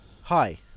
Hi